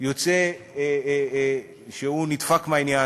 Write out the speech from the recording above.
יוצא שהוא נדפק מהעניין,